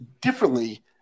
differently